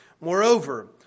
Moreover